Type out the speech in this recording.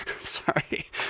sorry